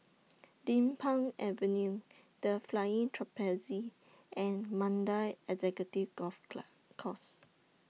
Din Pang Avenue The Flying Trapeze and Mandai Executive Golf Club Course